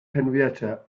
henrietta